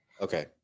Okay